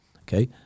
Okay